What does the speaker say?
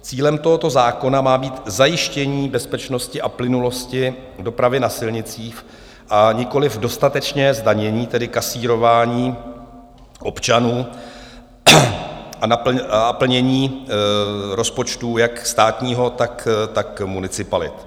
Cílem tohoto zákona má být zajištění bezpečnosti a plynulosti dopravy na silnicích, nikoliv dostatečné zdanění, tedy kasírování občanů a plnění rozpočtů jak státního, tak municipalit.